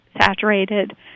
saturated